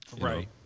Right